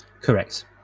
Correct